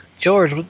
George